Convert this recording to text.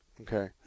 Okay